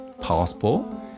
passport